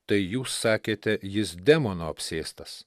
tai jūs sakėte jis demono apsėstas